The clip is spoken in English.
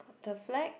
the flag